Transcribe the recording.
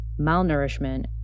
malnourishment